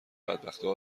بدبختا